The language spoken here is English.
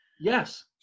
yes